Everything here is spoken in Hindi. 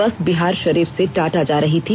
बस बिहारषरीफ से टाटा जा रही थी